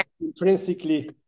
intrinsically